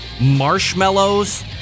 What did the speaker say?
marshmallows